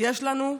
יש לנו,